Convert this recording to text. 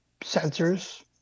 sensors